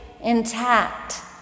intact